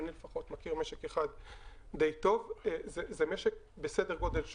אני לפחות מכיר משק אחד די טוב וזה משק בסדר גודל שונה.